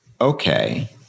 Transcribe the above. okay